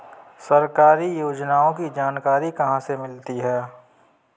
सरकारी योजनाओं की जानकारी कहाँ से मिलती है?